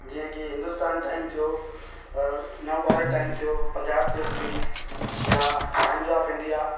जीअं की हिंदुस्तान टाइम थियो अ नवभारत टाइम थियो पंजाब केसरी या टाइम्स ऑफ इंडिया